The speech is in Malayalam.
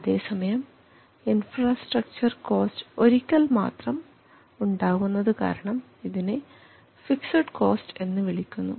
അതേസമയം ഇൻഫ്രാസ്ട്രക്ച്ചർ കോസ്റ്റ് ഒരിക്കൽ മാത്രം ഉണ്ടാവുന്നത് കാരണം ഇതിനെ ഫിക്സഡ് കോസ്റ്റ് എന്ന് വിളിക്കുന്നു